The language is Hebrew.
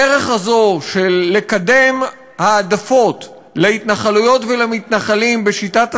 הדרך הזו של לקדם העדפות להתנחלויות ולמתנחלים בשיטת הסלאמי,